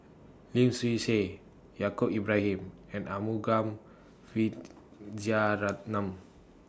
Lim Swee Say Yaacob Ibrahim and Arumugam Vijiaratnam